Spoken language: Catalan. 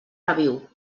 reviu